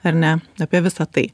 ar ne apie visa tai